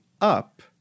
up